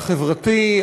החברתי,